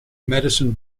medicine